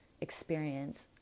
experience